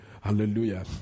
Hallelujah